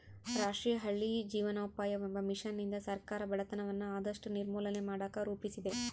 ರಾಷ್ಟ್ರೀಯ ಹಳ್ಳಿ ಜೀವನೋಪಾಯವೆಂಬ ಮಿಷನ್ನಿಂದ ಸರ್ಕಾರ ಬಡತನವನ್ನ ಆದಷ್ಟು ನಿರ್ಮೂಲನೆ ಮಾಡಕ ರೂಪಿಸಿದೆ